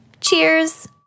Cheers